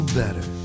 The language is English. better